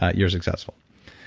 ah you're successful,